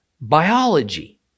biology